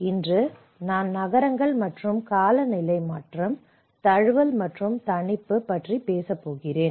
இன்று நான் நகரங்கள் மற்றும் காலநிலை மாற்றம் தழுவல் மற்றும் தணிப்பு பற்றி பேசப் போகிறேன்